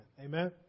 Amen